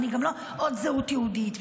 עוד זהות יהודית,